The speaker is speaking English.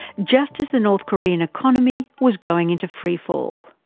just as the north korean economy was going into free-fall.